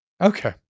Okay